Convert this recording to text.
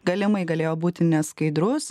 galimai galėjo būti neskaidrus